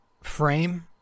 frame